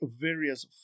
various